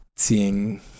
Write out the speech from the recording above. seeing